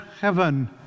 heaven